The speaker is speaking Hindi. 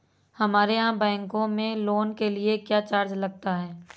हमारे यहाँ बैंकों में लोन के लिए क्या चार्ज लगता है?